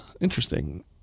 interesting